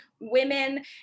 women